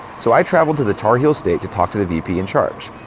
so i traveled to the tar heel state to talk to the vp in charge.